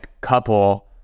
couple